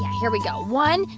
here we go. one,